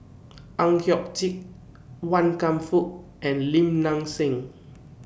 Ang Hiong Chiok Wan Kam Fook and Lim Nang Seng